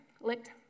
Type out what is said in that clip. licked